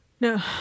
No